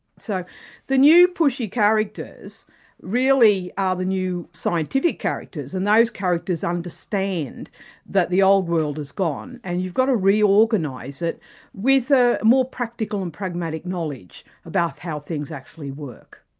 so the new pushy characters really are ah the new scientific characters, and those characters understand that the old world has gone and you've got to reorganise it with a more practical and pragmatic knowledge about how things actually work.